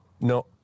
No